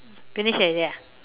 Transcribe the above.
finish already ah